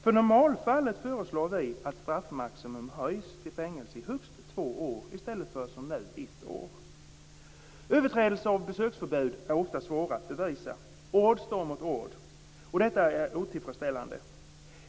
För normalfallet föreslår vi att straffmaximum höjs till fängelse i högst två år i stället för som nu ett år. Överträdelser av besöksförbud är ofta svåra att bevisa. Ord står mot ord, och detta är otillfredsställande.